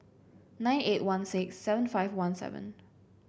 nine eight one six seven five one seven